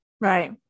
Right